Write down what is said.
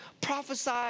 prophesy